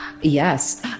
Yes